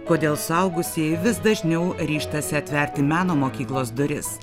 kodėl suaugusieji vis dažniau ryžtasi atverti meno mokyklos duris